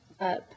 up